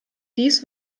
dies